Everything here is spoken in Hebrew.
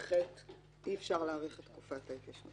בחטא אי אפשר להאריך את תקופת ההתיישנות.